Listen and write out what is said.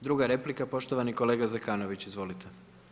Druga replika poštovani kolega Zekanović, izvolite.